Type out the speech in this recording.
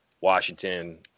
Washington